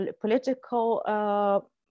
political